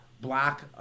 Black